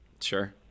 Sure